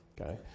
okay